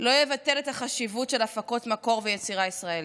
לא יבטל את החשיבות של הפקות מקור ויצירה ישראלית,